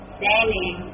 standing